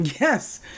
yes